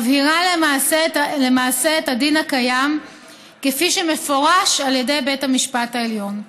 מבהירה למעשה את הדין הקיים כפי שהוא מפורש על ידי בית המשפט העליון.